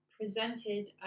presented